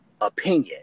opinion